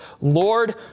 Lord